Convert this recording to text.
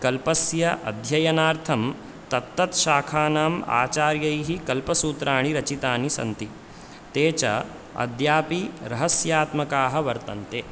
कल्पस्य अध्ययनार्थं तत्तत्शाखानाम् आचार्यैः कल्पसूत्राणि रचितानि सन्ति ते च अद्यापि रहस्यात्मकाः वर्तन्ते